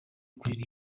kuririmba